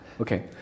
Okay